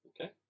Okay